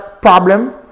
problem